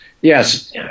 Yes